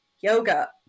yoga